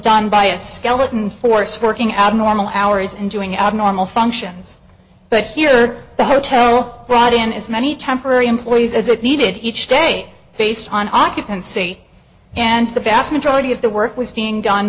done by a skeleton force working out normal hours and doing abnormal functions but here the hotel brought in as many temporary employees as it needed each day based on occupancy and the vast majority of the work was being done